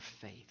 faith